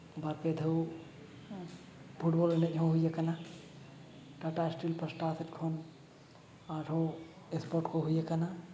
ᱵᱟᱨ ᱯᱮ ᱫᱷᱟᱣ ᱯᱷᱩᱴᱵᱚᱞ ᱮᱱᱮᱡ ᱦᱚᱸ ᱦᱩᱭ ᱠᱟᱱᱟ ᱴᱟᱴᱟ ᱥᱴᱤᱞ ᱯᱟᱥᱴᱟ ᱥᱮᱫ ᱠᱷᱚᱱ ᱟᱨᱦᱚᱸ ᱥᱯᱚᱴ ᱠᱚ ᱦᱩᱭ ᱠᱟᱱᱟ